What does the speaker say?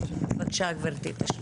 פרקליטות המדינה, בבקשה.